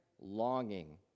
longing